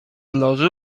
loży